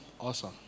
awesome